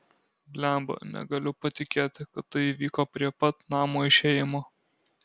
blemba negaliu patikėti kad tai įvyko prie pat namo išėjimo